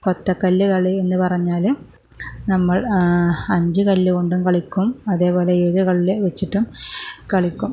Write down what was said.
കൊത്ത കല്ല് കളി എന്നു പറഞ്ഞാല് നമ്മൾ അഞ്ച് കല്ലുകൊണ്ടും കളിക്കും അതേപോലെ ഏഴു കല്ല് വച്ചിട്ടും കളിക്കും